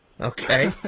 Okay